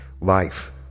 life